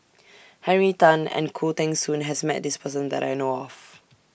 Henry Tan and Khoo Teng Soon has Met This Person that I know of